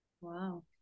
Wow